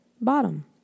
bottom